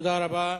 תודה רבה.